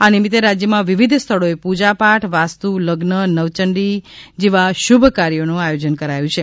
આ નિમિત્તે રાજ્યમાં વિવિધ સ્થળોએ પૂજાપાઠ વાસ્તુ લગ્ન નવચંડી યજ્ઞ જેવા શુભકાર્યોનું આયોજન કરાયું છે